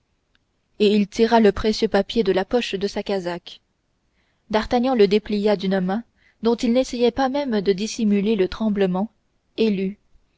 et il tira le précieux papier de la poche de sa casaque d'artagnan le déplia d'une main dont il n'essayait pas même de dissimuler le tremblement